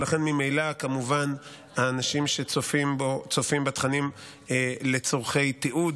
ולכן ממילא כמובן האנשים שצופים בתכנים לצורכי תיעוד,